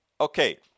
Okay